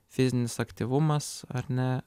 fizinis aktyvumas ar ne